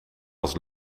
was